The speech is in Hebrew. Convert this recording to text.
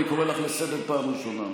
אני קורא אותך לסדר פעם ראשונה.